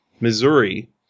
Missouri